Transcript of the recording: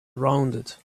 rounded